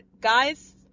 guys